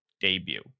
debut